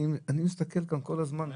אני מסתכל גם כל הזמן.